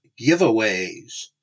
giveaways